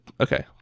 okay